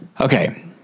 Okay